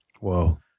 Whoa